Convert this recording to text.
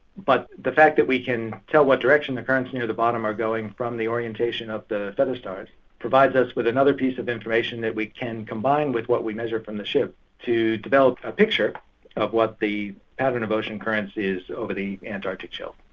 but the fact that we can tell what direction the currents near the bottom are going from the orientation of the feather stars provides us with another piece of information that we can combine with what we measure from the ship to develop a picture of what the pattern of ocean currents is over the antarctic shelf.